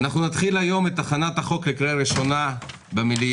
נתחיל היום את הכנת הצעת החוק לקריאה הראשונה במליאה.